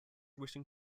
wishing